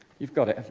you've got it,